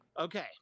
Okay